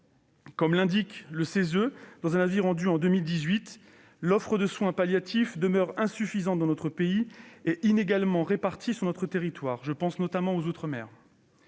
Comme l'indique le CESE dans un avis rendu en 2018, l'offre de soins palliatifs demeure insuffisante dans notre pays et inégalement répartie sur notre territoire, je pense notamment aux outre-mer.